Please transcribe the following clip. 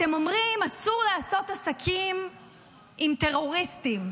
אתם אומרים: אסור לעשות עסקים עם טרוריסטים.